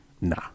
nah